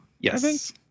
Yes